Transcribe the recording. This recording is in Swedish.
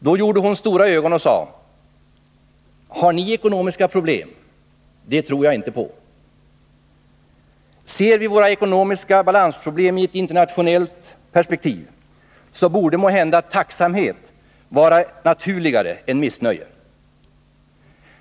Då gjorde hon stora ögon och sade: ”Har ni ekonomiska problem? Det tror jag inte på.” Ser vi våra ekonomiska balansproblem i ett internationellt perspektiv, borde måhända tacksamhet vara naturligare än missnöje.